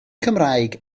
cymraeg